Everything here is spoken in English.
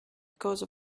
because